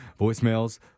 Voicemails